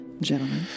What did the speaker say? gentlemen